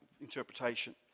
interpretation